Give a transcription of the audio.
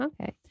Okay